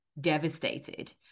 devastated